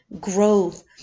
growth